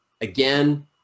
again